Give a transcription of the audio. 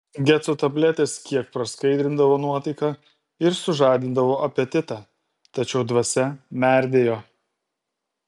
geco tabletės kiek praskaidrindavo nuotaiką ir sužadindavo apetitą tačiau dvasia merdėjo